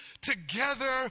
together